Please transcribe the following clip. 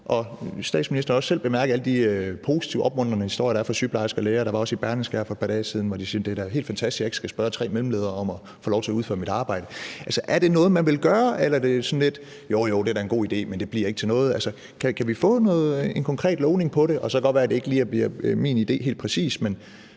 statsministeren også selv bemærkede, er der alle de positive og opmuntrende historier fra sygeplejersker og læger. Og det var der også i Berlingske her for et par dage siden, hvor de sagde, at det var helt fantastisk, at de ikke skulle spørge tre mellemledere om at få lov til at udføre deres arbejde. Er det noget man vil gøre? Eller er det sådan et: jo, jo, det er da en god idé, men det bliver ikke til noget? Altså, kan vi få en konkret lovning på det? Det kan så godt være, at det ikke lige bliver min idé helt præcis, men